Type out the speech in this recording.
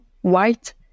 white